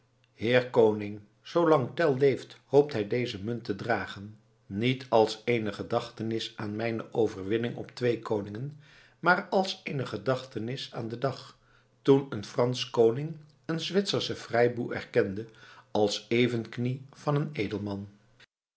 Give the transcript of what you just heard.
heer koning zoo lang tell leeft hoopt hij deze munt te dragen niet als eene gedachtenis aan mijne overwinning op twee koningen maar als eene gedachtenis aan den dag toen een fransch koning een zwitserschen vrijboer erkende als evenknie van een edelman